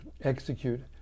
execute